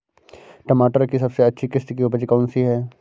टमाटर की सबसे अच्छी किश्त की उपज कौन सी है?